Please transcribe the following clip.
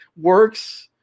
works